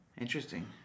Interesting